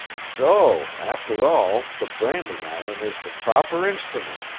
so, after all, the branding iron is the proper instrument,